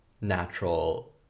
natural